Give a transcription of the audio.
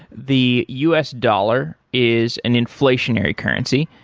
the u s. dollar is an inflationary currency.